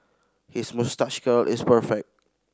his moustache curl is perfect